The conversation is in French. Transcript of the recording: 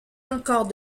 encore